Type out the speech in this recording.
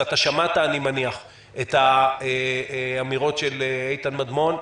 ואתה שמעת, אני מניח, את האמירות של איתן מדמון.